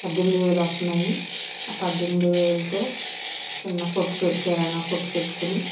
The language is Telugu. పద్దెనిమిదివేలు వత్తునాయి ఆ పద్దెనిమిదివేలుతో చిన్న కొట్టు కిరాణ కొట్టు పెట్టుకుని